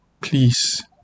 please